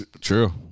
True